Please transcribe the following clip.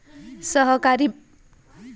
सहकारी बँका नेहमीच त्यांच्या सदस्यांना कर्ज देतात